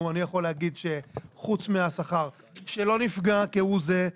אני יכול להגיד שחוץ מהשכר שלא נפגע כהוא זה,